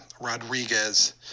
Rodriguez